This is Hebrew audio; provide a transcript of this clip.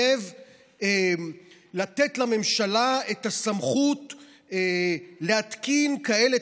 שמחייבת לתת לממשלה את הסמכות להתקין כאלה